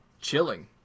chilling